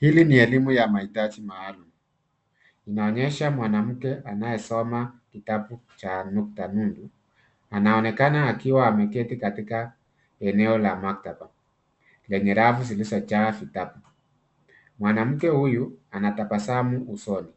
Hili ni elimu ya mahitaji maalum. Inaonyesha mwanamke anayesoma kitabu cha nukta nuni. Anaonekana akiwa ameketi katika eneo la maktaba, yenye rafu zilizojaa vitabu. Mwanamke huyu anatabasamu usoni,